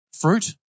fruit